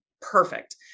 perfect